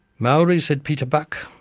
maori, said peter buck,